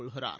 கொள்கிறார்